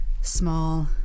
small